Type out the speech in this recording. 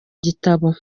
gitabo